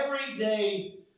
everyday